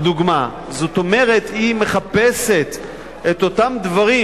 לדוגמה, זאת אומרת, היא מחפשת את אותם דברים